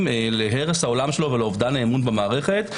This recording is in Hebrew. להרס עולמו ולאובדן האמון במערכת.